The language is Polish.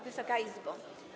Wysoka Izbo!